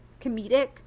comedic